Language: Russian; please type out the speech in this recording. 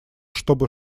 чтобы